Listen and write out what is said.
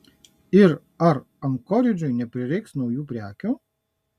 ir ar ankoridžui neprireiks naujų prekių